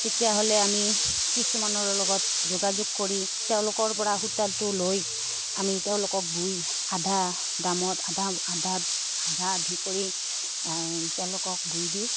তেতিয়াহ'লে আমি কিছুমানৰ লগত যোগাযোগ কৰি তেওঁলোকৰপৰা সূতাটো লৈ আমি তেওঁলোকক বৈ আধা দামত আধা আধাত আধা আধি কৰি তেওঁলোকক বৈ দিওঁ